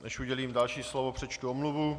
Než udělím další slovo, přečtu omluvu.